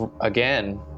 again